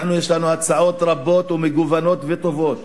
לנו יש הצעות רבות ומגוונות וטובות.